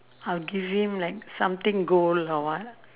I will give him like something gold or what